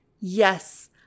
yes